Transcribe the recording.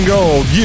Gold